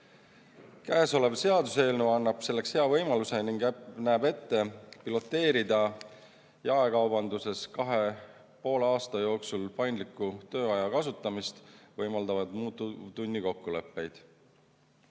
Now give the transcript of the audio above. Käesolev seaduseelnõu annab selleks hea võimaluse ning näeb ette piloteerida jaekaubanduses kahe ja poole aasta jooksul paindliku tööaja kasutamist võimaldavaid muutuvtunni kokkuleppeid.